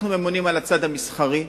אנחנו ממונים על הצד המסחרי,